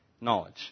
knowledge